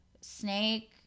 snake